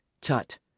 Tut